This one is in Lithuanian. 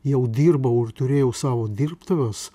jau dirbau ir turėjau savo dirbtuves